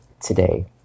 today